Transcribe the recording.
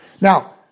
Now